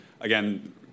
Again